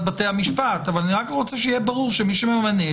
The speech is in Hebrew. בתי המשפט אבל אני רוצה שיהיה ברור שמי שממנה,